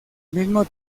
mismo